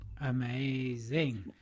amazing